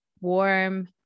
warm